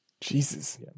Jesus